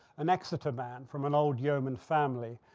an exeter man from an old yerman family.